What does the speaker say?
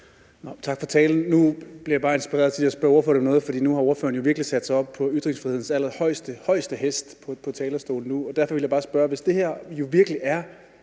Tak for talen. Nu bliver jeg lige inspireret til at spørge ordføreren om noget. Nu har ordføreren jo virkelig sat sig op på ytringsfrihedens allerhøjeste hest på talerstolen nu, og derfor vil jeg bare spørge om noget: Hvis det her virkelig er